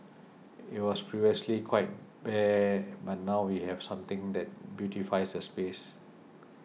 it was previously quite bare but now we have something that beautifies the space